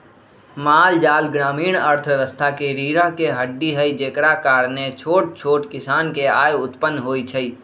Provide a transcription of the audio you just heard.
माल जाल ग्रामीण अर्थव्यवस्था के रीरह के हड्डी हई जेकरा कारणे छोट छोट किसान के आय उत्पन होइ छइ